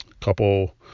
couple